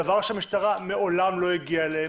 דבר שהמשטרה מעולם לא הגיעה אליו.